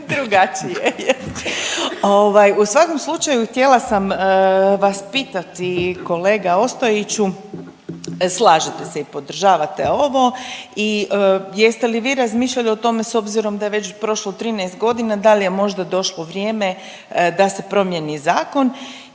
Ovaj u svakom slučaju htjela sam vas pitati kolega Ostojiću, slažete se i podržavate ovo i jeste li vi razmišljali o tome s obzirom da je već prošlo 13 godina da li je možda došlo vrijeme da se promijeni zakon